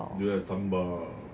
do you have sambal